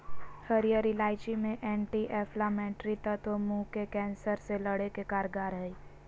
हरीयर इलायची मे एंटी एंफलामेट्री तत्व मुंह के कैंसर से लड़े मे कारगर हई